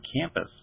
campus